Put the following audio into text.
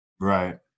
Right